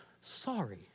sorry